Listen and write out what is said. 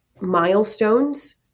milestones